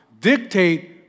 dictate